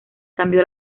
cambió